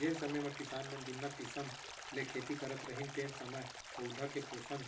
जेन समे म किसान मन जुन्ना किसम ले खेती करत रहिन तेन समय पउधा के पोसन